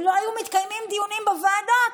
אם לא היו מתקיימים דיונים בוועדות,